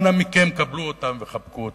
אנא מכם, קבלו אותם וחבקו אותם.